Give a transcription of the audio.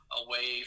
away